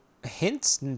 Hints